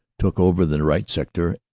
took over the right sector,